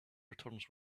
returns